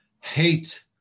hate